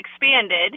expanded